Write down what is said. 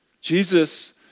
Jesus